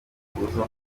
duhuza